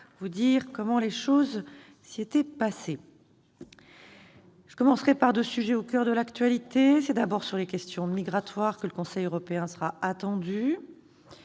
vous dire comment les choses s'y étaient passées. Je commencerai par deux sujets au coeur de l'actualité. C'est d'abord sur les questions migratoires que le Conseil européen sera attendu.